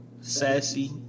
Sassy